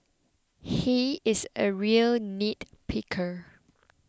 he is a real nitpicker